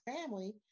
family